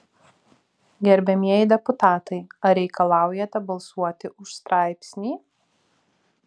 gerbiamieji deputatai ar reikalaujate balsuoti už straipsnį